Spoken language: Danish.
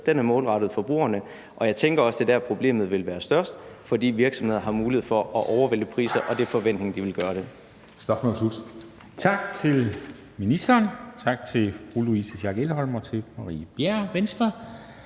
er målrettet forbrugerne, og jeg tænker også, at det er der, problemet må være størst, fordi virksomhederne har mulighed for at vælte priserne over på forbrugerne , og det er forventningen, at de vil gøre det.